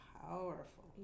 powerful